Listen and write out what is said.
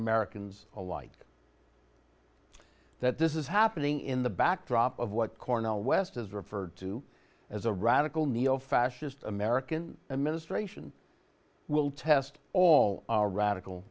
americans alike that this is happening in the backdrop of what cornell west has referred to as a radical neo fascist american administration will test all our radical